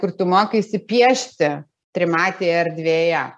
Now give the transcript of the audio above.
kur tu mokaisi piešti trimatėje erdvėje